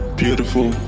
beautiful